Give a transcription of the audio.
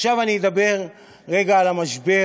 עכשיו אני אדבר רגע על המשבר